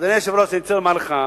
אדוני היושב-ראש, אני רוצה לומר לך,